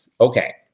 Okay